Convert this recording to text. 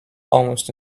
almost